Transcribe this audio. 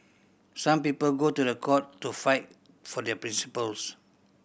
some people go to the court to fight for their principles